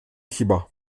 chyba